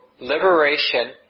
liberation